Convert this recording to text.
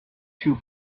two